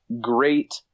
great